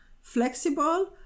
flexible